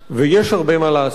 ויש הרבה מה לעשות.